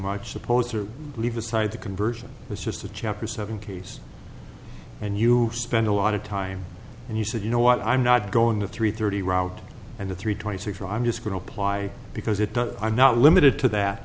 much supposed to leave aside the conversion was just a chapter seven case and you spent a lot of time and you said you know what i'm not going the three thirty route and the three twenty six i'm just going to apply because it doesn't i'm not limited to that